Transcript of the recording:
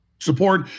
Support